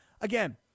Again